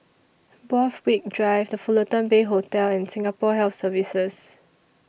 Borthwick Drive The Fullerton Bay Hotel and Singapore Health Services